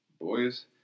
boys